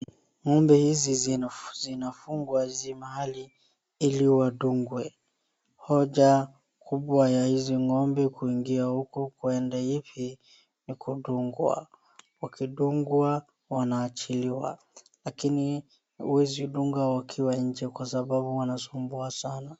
Ngombe hizi zinafungwa mahali ili wadungwe, hoja kubwa ya hizi ngombe kuingia huku kuenda hivi ni kudungwa, wakidungwa wanaachiliwa lakini huwezi dunga wakiwa nje kwa sababu wanasumbua sana.